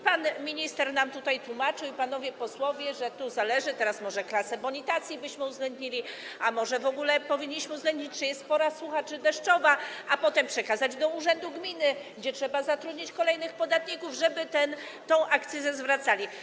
Pan minister nam tutaj tłumaczył - i panowie posłowie - że to zależy, teraz może klasę bonitacji byśmy uwzględnili, a może w ogóle powinniśmy uwzględnić, czy jest pora sucha, czy deszczowa, a potem trzeba to przekazać do urzędu gminy, gdzie trzeba zatrudnić kolejnych podatników, żeby tę akcyzę zwracali.